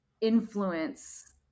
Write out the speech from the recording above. influence